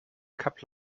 couple